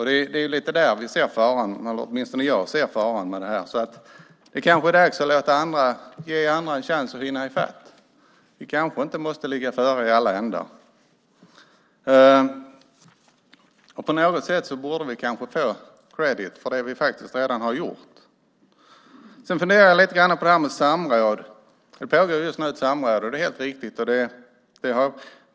Det är lite där vi ser faran. Åtminstone jag ser faran med det här. Det kanske är dags att ge andra en chans att hinna ifatt. Vi kanske inte måste ligga före i alla ändar. På något sätt borde vi få kredit för det vi redan har gjort. Jag funderar lite på samråd. Det pågår just nu ett samråd. Det är helt riktigt.